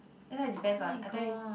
that why depends on I tell you